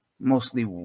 mostly